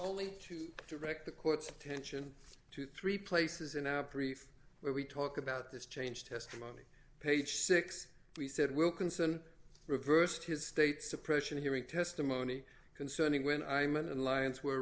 only to direct the court's attention to three places in our brief where we talk about this change testimony page six we said wilkinson reversed his state suppression hearing testimony concerning when i meant an alliance were